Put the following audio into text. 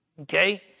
Okay